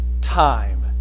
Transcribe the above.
time